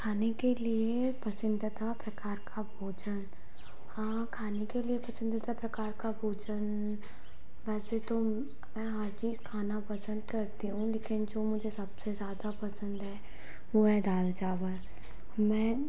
खाने के लिए पसंदीदा प्रकार का भोजन खाने के लिए पसंदीदा प्रकार का भोजन वैसे तो मैं हर चीज़ खाना पसंद करती हूँ लेकिन जो मुझे सबसे ज़्यादा पसंद है वो है दाल चावल मैं